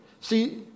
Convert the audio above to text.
see